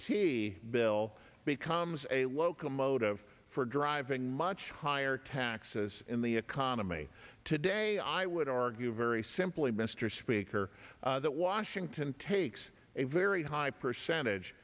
t bill becomes a locomotive for driving much higher taxes in the economy today i would argue very simply mr speaker that washington takes a very high percentage